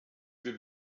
wir